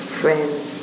friends